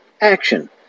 action